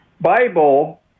Bible